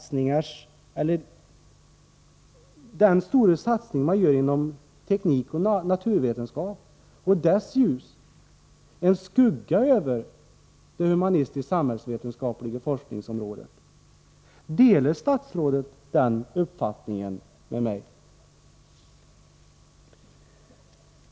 Då blir ju den stora satsning man gör på teknik och naturvetenskap och därmed ljuset över det området en skugga över det humanistiskt-vetenskapliga forskningsområdet. Delar statsrådet denna uppfattning med mig?